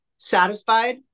Satisfied